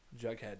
Jughead